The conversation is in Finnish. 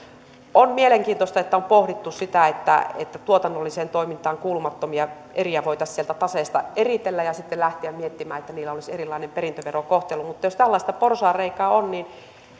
on mielenkiintoista että on pohdittu sitä että että tuotannolliseen toimintaan kuulumattomia eriä voitaisiin sieltä taseesta eritellä ja sitten lähteä miettimään että niillä olisi erilainen perintöverokohtelu mutta jos tällaista porsaanreikää on niin